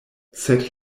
sed